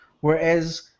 Whereas